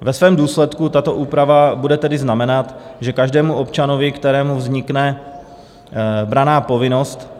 Ve svém důsledku tato úprava bude tedy znamenat, že každému občanovi, kterému vznikne branná povinnost,